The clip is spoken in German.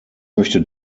möchte